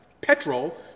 petrol